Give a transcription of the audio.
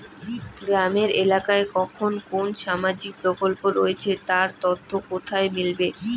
গ্রামের এলাকায় কখন কোন সামাজিক প্রকল্প রয়েছে তার তথ্য কোথায় মিলবে?